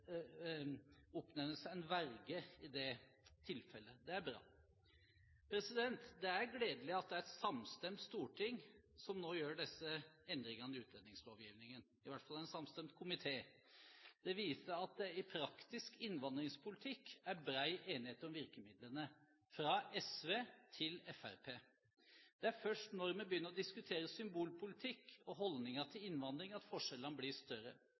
oppnevnes en verge. Det er bra. Det er gledelig at det er et samstemt storting – i hvert fall en samstemt komité – som nå gjør disse endringene i utlendingslovgivningen. Det viser at det i praktisk innvandringspolitikk er bred enighet om virkemidlene – fra SV til Fremskrittspartiet. Det er først når vi begynner å diskutere symbolpolitikk og holdninger til innvandring, at forskjellene blir større.